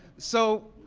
so,